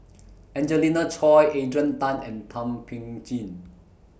Angelina Choy Adrian Tan and Thum Ping Tjin